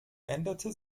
änderte